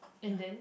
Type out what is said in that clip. and then